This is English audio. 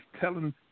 telling